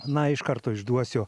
na iš karto išduosiu